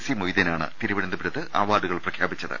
C മൊയ്തീനാണ് തിരുവനന്തപു രത്ത് അവാർഡുകൾ പ്രഖ്യാപിച്ചത്